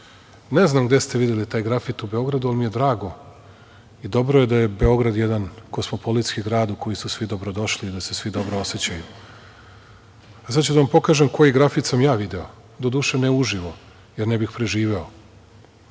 Ne znam gde ste videli taj grafit u Beogradu, ali mi je drago i dobro je da je Beograd jedan kosmopolitski grad u koji su svi dobrodošli i da se svi dobro osećaju, a sada ću da vam pokažem koji grafit sam ja video, doduše ne uživo, jer ne bih preživeo,